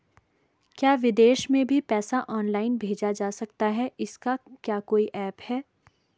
क्या विदेश में भी पैसा ऑनलाइन भेजा जा सकता है इसका क्या कोई ऐप है?